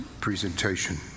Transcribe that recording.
presentation